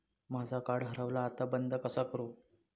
माझा कार्ड हरवला आता बंद कसा करू?